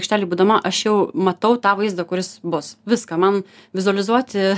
aikštelėj būdama aš jau matau tą vaizdą kuris bus viską man vizualizuoti